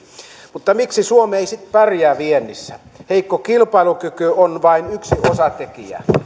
mutta miksi suomi ei sitten pärjää viennissä heikko kilpailukyky on vain yksi osatekijä